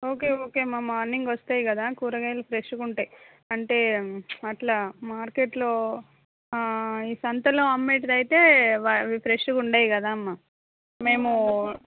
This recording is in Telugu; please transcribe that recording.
ఓకే ఓకే అమ్మ మార్నింగ్ వస్తాయి కదా కూరగాయలు ఫ్రెష్గా ఉంటాయి అంటే అట్లా మార్కెట్లో ఈ సంతలో అమ్మేటిది అయితే అవి ఫ్రెష్గా ఉండవు కదమ్మా మేము